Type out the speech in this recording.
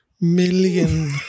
million